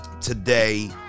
today